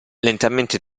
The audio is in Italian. lentamente